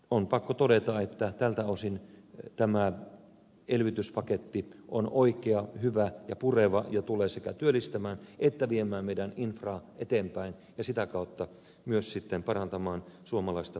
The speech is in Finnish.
on pakko todeta että tältä osin tämä elvytyspaketti on oikea hyvä ja pureva ja tulee sekä työllistämään että viemään meidän infraamme eteenpäin ja sitä kautta myös sitten parantamaan suomalaista kilpailukykyä